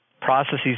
processes